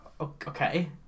Okay